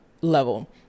level